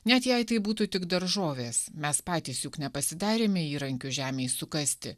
net jei tai būtų tik daržovės mes patys juk nepasidarėme įrankių žemei sukasti